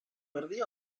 erdia